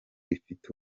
rifite